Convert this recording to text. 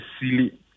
silly